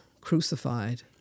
crucified